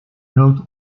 noot